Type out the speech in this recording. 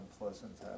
unpleasant